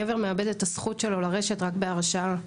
גבר מאבד את הזכות שלו לרשת רק בהרשאה.